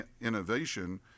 innovation